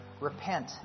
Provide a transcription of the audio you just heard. repent